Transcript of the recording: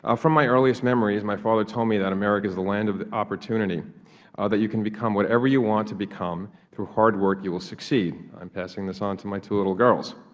ah from my earliest memories my father told me that america is the land of opportunity, or that you can become whatever you want to become, through hard work you will succeed. i'm passing this on to my two little girls.